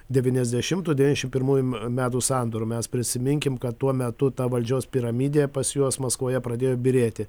devyniasdešimtų devyniasdešim pirmųjų metų sandūrų mes prisiminkim kad tuo metu ta valdžios piramidė pas juos maskvoje pradėjo byrėti